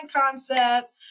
concept